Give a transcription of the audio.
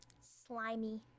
slimy